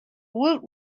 woot